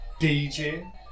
DJ